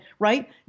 Right